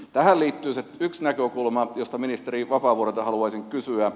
tähän liittyy yksi näkökulma josta ministeri vapaavuorelta haluaisin kysyä